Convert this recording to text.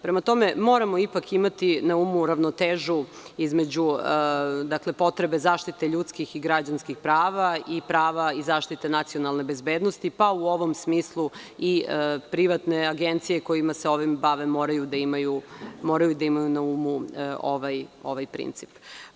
Prema tome, ipak moramo imati na umu ravnotežu između potrebe zaštite ljudskih i građanskih prava i prava i zaštite nacionalne bezbednosti, pa u tom smislu i privatne agencije koje se ovim bave moraju da imaju na umu ovaj princip.